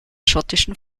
schottischen